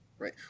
Right